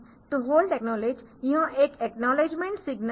तो hold acknowledge यह एक एकनॉलेजमेन्ट सिग्नल है